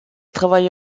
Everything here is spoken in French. travailla